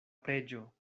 preĝo